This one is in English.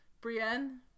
Brienne